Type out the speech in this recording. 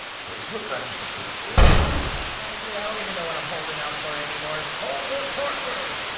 placement matches are pretty good honestly, i don't even know what i'm holding out for anymore hold it, partner.